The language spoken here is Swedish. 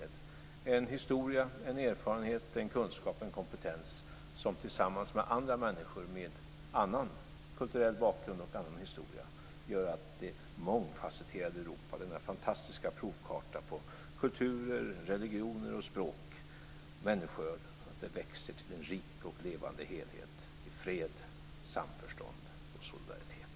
Vi har en historia, en erfarenhet, en kunskap och en kompetens som tillsammans med andra människor med annan kulturell bakgrund och annan historia gör att det mångfacetterade Europa, denna fantastiska provkarta på kulturer, religioner, språk och människoöden växer till en rik och levande helhet i fred, samförstånd och solidaritet.